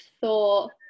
thought